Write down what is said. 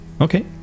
Okay